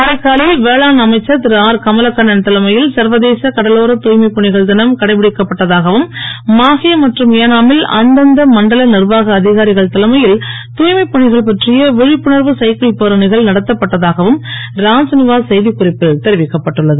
காரைக்காலில் வேளாண் தலைமையில் சர்வதேச கடலோர தூய்மைப்பணிகள் தினம் கடைப்பிடிக்கப் பட்டதாகவும் மாஹே மற்றும் ஏஷ மில் அந்தந்த மண்டல நிர்வாக அதிகாரிகள் தலைமையில் தூய்மைப்பணிகள் பற்றிய விழிப்புணர்வு சைக்கிள் பேரணிகள் நடத்தப்பட்டதாகவும் ராஜ்நிவாஸ் செய்திக்குறிப்பில் தெரிவிக்கப் பட்டுன்ளது